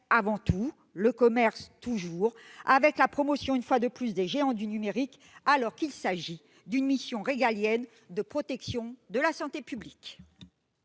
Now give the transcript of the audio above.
avant tout, le commerce toujours, avec la promotion, une fois de plus, des géants du numérique, alors qu'il s'agit d'une mission régalienne de protection de la santé publique